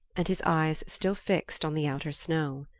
and his eyes still fixed on the outer snow.